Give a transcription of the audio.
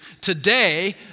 today